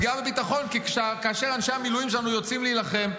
כי כאשר אנשי המילואים שלנו יוצאים להילחם,